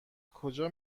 کجا